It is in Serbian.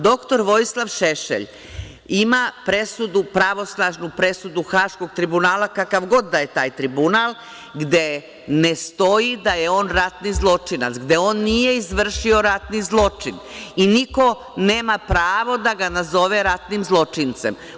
Dr Vojislav Šešelj ima presudu pravosnažnu presudu Haškog tribunala, kakav god da je taj Tribunal, gde ne stoji da je on ratni zločinac, gde on nije izvršio ratni zločin i niko nema pravo da ga nazove ratnim zločincem.